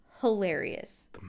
hilarious